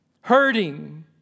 hurting